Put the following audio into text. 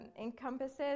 encompasses